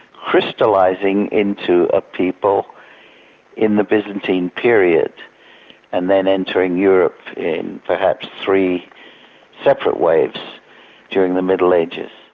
crystallising into a people in the byzantine period and then entering europe in perhaps three separate waves during the middle ages.